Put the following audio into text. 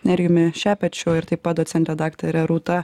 nerijumi šepečiu ir taip pat docente daktare rūta